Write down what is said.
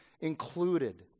included